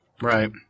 Right